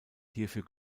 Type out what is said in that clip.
hierfür